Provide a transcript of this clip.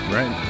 Right